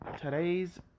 today's